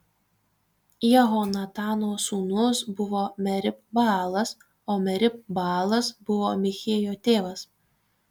jehonatano sūnus buvo merib baalas o merib baalas buvo michėjo tėvas